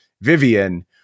Vivian